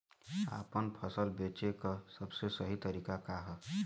आपन फसल बेचे क सबसे सही तरीका का ह?